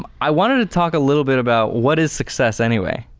um i wanted to talk a little bit about, what is success anyway?